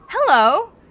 Hello